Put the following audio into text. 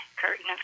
Curtain